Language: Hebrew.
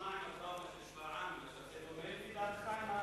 מה עם הטראומה של שפרעם, זה דומה לדעתך?